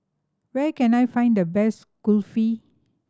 where can I find the best Kulfi